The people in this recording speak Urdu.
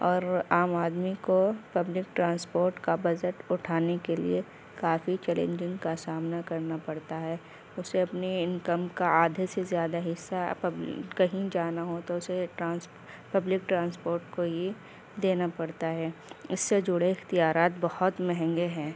اور عام آدمی کو پبلک ٹرانسپورٹ کا بجٹ اٹھانے کے لیے کافی چیلینجنگ کا سامنا کرنا پڑتا ہے اسے اپنی انکم کا آدھے سے زیادہ حصہ کہیں جانا ہو تو اسے ٹرانس پبلک ٹرانسپورٹ کو ہی دینا پڑتا ہے اس سے جڑے اختیارات بہت مہنگے ہیں